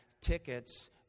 tickets